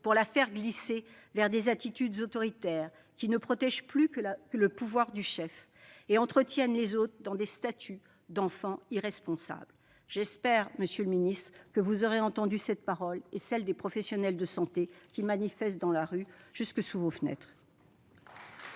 pour la faire glisser vers des attitudes autoritaires qui ne protègent plus que le pouvoir du chef et entretiennent les autres dans des statuts d'enfants irresponsables. » J'espère, monsieur le secrétaire d'État, que vous aurez entendu cette parole et celle des professionnels de santé, qui manifestent dans la rue jusque sous vos fenêtres.